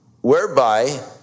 whereby